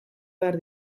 behar